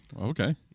Okay